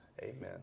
Amen